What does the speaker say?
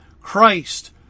Christ